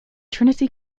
trinity